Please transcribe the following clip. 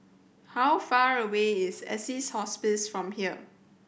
how far away is Assisi Hospice from here